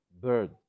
bird